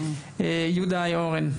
יהודה איינהורן,